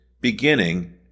beginning